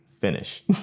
finish